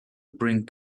brink